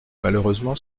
malheureusement